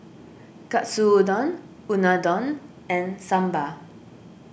Katsudon Unadon and Sambar